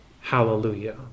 hallelujah